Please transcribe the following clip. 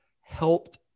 helped